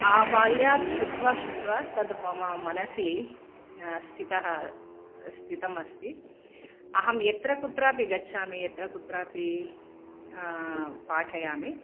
आबाल्यात् शृत्वा शृत्वा तत् मम मनसि स्थितः स्थितम् अस्ति अहं यत्र कुत्रापि गच्छामि यत्र कुत्रापि पाठयामि